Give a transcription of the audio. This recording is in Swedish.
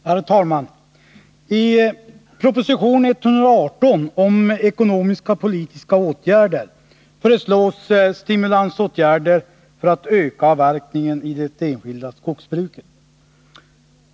Herr talman! I proposition 118 om ekonomisk-politiska åtgärder föreslås stimulansåtgärder för att öka avverkningen i det enskilda skogsbruket.